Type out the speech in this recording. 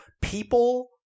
People –